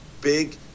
big